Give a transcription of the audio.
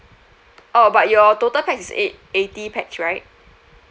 oh but your total pax is eight eighty pax right